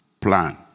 plan